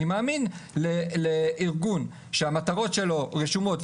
אני מאמין לארגון שהמטרות שלו רשומות,